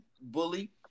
bully